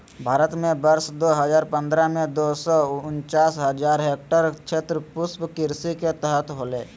भारत में वर्ष दो हजार पंद्रह में, दो सौ उनचास हजार हेक्टयेर क्षेत्र पुष्पकृषि के तहत होले